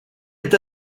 est